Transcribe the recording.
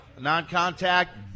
Non-contact